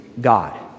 God